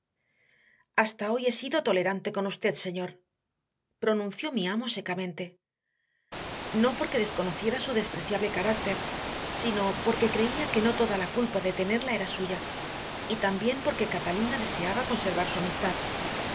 hasta hoy he sido tolerante con usted señor pronunció mi amo secamente no porque desconociera su despreciable carácter sino porque creía que no toda la culpa de tenerla era suya y también porque catalina deseaba conservar su amistad